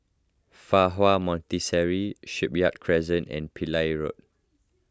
Fa Hua Monastery Shipyard Crescent and Pillai Road